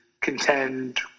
contend